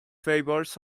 favours